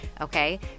okay